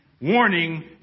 Warning